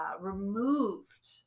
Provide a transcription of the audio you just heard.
removed